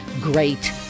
great